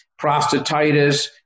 prostatitis